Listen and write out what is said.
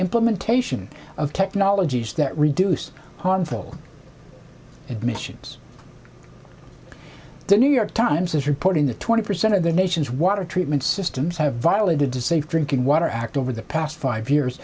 implementation of technologies that reduce harmful admissions the new york times is reporting that twenty percent of the nation's water treatment systems have violated to safe drinking water act over the past five years